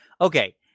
Okay